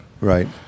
Right